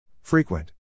Frequent